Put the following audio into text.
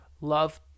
love